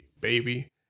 baby